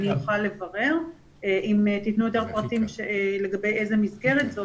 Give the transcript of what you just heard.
אני יכולה לברר אם תיתנו יותר פרטים לגבי איזה מסגרת זאת.